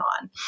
on